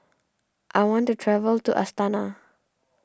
I want to travel to Astana